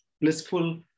blissful